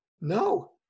no